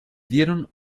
dieron